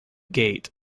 gate